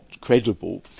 credible